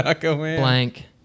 blank